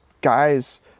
guys